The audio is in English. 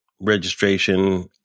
registration